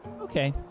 Okay